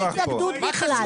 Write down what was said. ההתנגדות בכלל?